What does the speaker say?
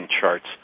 charts